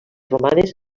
romanes